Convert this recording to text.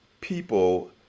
people